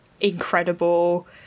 Incredible